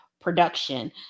production